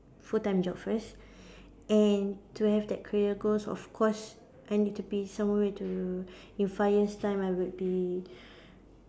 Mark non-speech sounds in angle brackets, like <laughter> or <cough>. full time job first <breath> and to have that career goals of course I need to be somewhere to in five years' time I would be